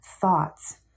thoughts